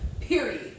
Period